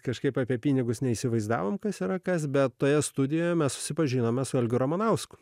kažkaip apie pinigus neįsivaizdavome kas yra kas bet toje studijoje mes susipažinome su algiu ramanausku